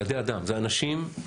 (שקף: